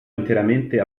interamente